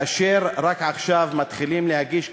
ורק עכשיו מתחילים להגיש כתבי-אישום,